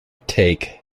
take